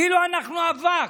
כאילו אנחנו אבק.